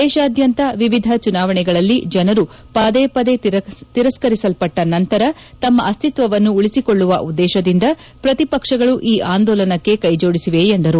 ದೇಶಾದ್ಯಂತದ ವಿವಿಧ ಚುನಾವಣೆಗಳಲ್ಲಿ ಜನರು ಪದೇ ಪದೇ ತಿರಸ್ಕರಿಸಲ್ಪಟ್ಟ ನಂತರ ತಮ್ಮ ಅಸ್ತಿತ್ವವನ್ನು ಉಳಿಸಿಕೊಳ್ಳುವ ಉದ್ದೇಶದಿಂದ ಪ್ರತಿಪಕ್ಷಗಳು ಈ ಆಂದೋಲನಕ್ಕೆ ಕೈಜೋಡಿಸಿವೆ ಎಂದರು